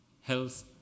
health